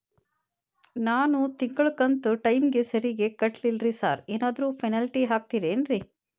ನಾನು ತಿಂಗ್ಳ ಕಂತ್ ಟೈಮಿಗ್ ಸರಿಗೆ ಕಟ್ಟಿಲ್ರಿ ಸಾರ್ ಏನಾದ್ರು ಪೆನಾಲ್ಟಿ ಹಾಕ್ತಿರೆನ್ರಿ?